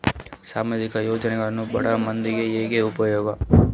ಸಾಮಾಜಿಕ ಯೋಜನೆಗಳು ಬಡ ಮಂದಿಗೆ ಹೆಂಗ್ ಉಪಯೋಗ?